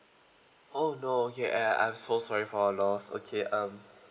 oh no okay I I'm so sorry for your loss okay um